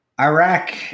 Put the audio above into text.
Iraq